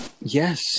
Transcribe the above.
Yes